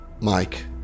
Mike